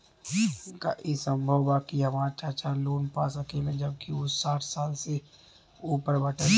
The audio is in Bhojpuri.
का ई संभव बा कि हमार चाचा लोन पा सकेला जबकि उ साठ साल से ऊपर बाटन?